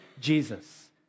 Jesus